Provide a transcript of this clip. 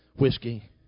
whiskey